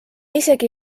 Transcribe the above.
isegi